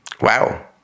Wow